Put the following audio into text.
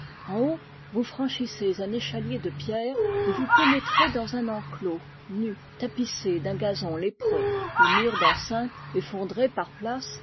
en haut vous franchissez un échalier de pierre et vous pénétrez dans un enclos nu tapissé d'un gazon lépreux le mur d'enceinte effondré par places